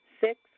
Six